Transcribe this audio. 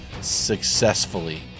successfully